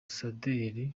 zunze